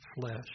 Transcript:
flesh